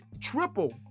triple